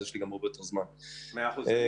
ברצוני